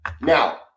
now –